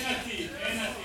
אין עתיד.